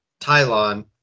Tylon